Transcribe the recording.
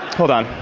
hold on.